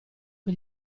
che